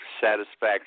satisfaction